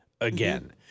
again